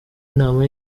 inama